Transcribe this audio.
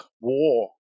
war